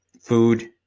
food